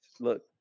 Look